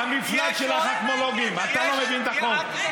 המפלט של החכמולוגים: אתה לא מבין את החוק.